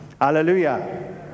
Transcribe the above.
Hallelujah